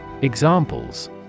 Examples